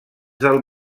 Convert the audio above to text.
del